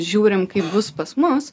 žiūrim kaip bus pas mus